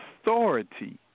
authority